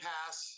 Pass